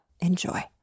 Enjoy